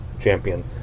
champion